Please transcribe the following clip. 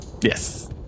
yes